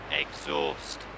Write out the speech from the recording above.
exhaust